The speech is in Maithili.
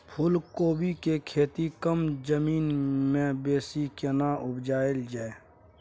फूलकोबी के खेती कम जमीन मे बेसी केना उपजायल जाय?